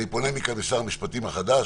אני פונה מכאן לשר המשפטים החדש,